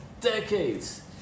decades